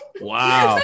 Wow